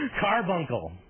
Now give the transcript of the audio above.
carbuncle